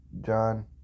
John